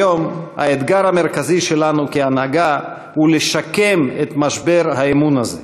כיום האתגר המרכזי שלנו כהנהגה הוא לשקם את משבר האמון הזה.